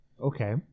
Okay